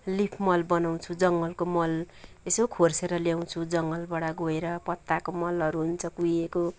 leaf मल बनाउँछु जङ्गलको मल यसो खोर्सेर ल्याउँछु जङ्गलबाट गएर पत्ताको मलहरू हुन्छ कुहिएको